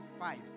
five